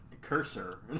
Cursor